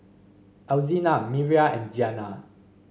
Alzina Miriah and Giana